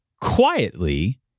quietly